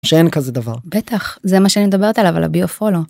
שאין כזה דבר. בטח, זה מה שאני מדברת עליו על הביופו לו.